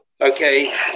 Okay